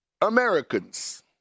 Americans